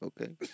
okay